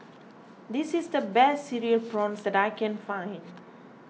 this is the best Cereal Prawns that I can find